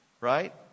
right